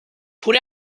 put